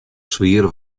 swier